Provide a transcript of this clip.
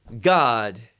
God